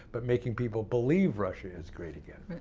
but making people believe russia is great again.